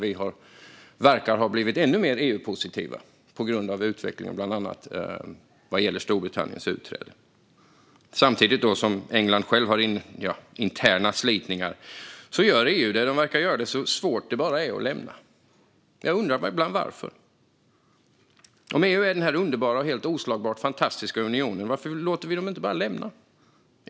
Vi verkar ha blivit ännu mer EU-positiva på grund av utvecklingen beroende bland annat på Storbritanniens utträde. Samtidigt som England självt har interna slitningar verkar EU göra det så svårt som möjligt att lämna unionen. Ibland undrar jag varför. Om EU är den underbara och helt oslagbart fantastiska unionen kan man fråga sig varför man inte bara låter dem lämna oss.